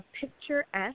Picturesque